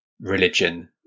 religion